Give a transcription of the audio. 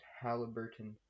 Halliburton